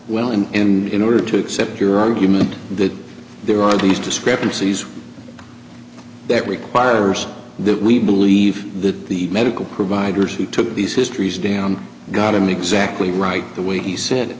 well in and in order to accept your argument that there are these discrepancies that requires that we believe that the medical providers who took these histories down got him exactly right the way he said